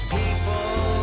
people